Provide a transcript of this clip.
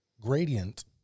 gradient